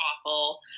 awful